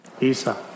Isa